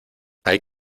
hay